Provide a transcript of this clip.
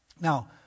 Now